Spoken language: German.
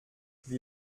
wie